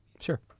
sure